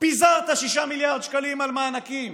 פיזרת 6 מיליארד שקלים על מענקים